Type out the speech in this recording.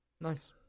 Nice